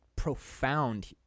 profound